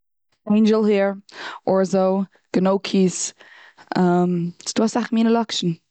עינדזשל העיר, ארזאו, גענאוקיס, ס'איז דא אסאך מינע לאקשן.